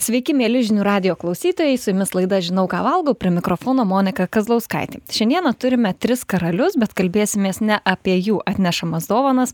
sveiki mieli žinių radijo klausytojai su jumis laida žinau ką valgau prie mikrofono monika kazlauskaitė šiandieną turime tris karalius bet kalbėsimės ne apie jų atnešamas dovanas